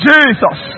Jesus